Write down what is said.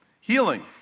Healing